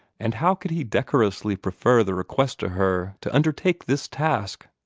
and how could he decorously prefer the request to her to undertake this task?